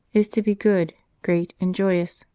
is to be good, great and joyous,